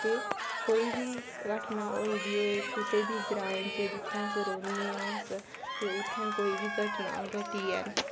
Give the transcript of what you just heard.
ते कोई बी घटना होई दी होए कुसै बी ग्रांऐं च जित्थै अस रौह्न्ने आं अस ते उत्थें कोई बी घटना घटी ऐ